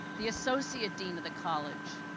the associate dean of the college,